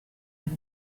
and